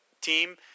team